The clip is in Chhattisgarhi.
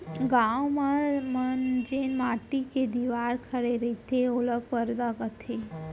गॉंव मन म जेन माटी के दिवार खड़े रईथे ओला परदा कथें